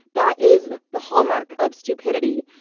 that is the hallmark of stupidity.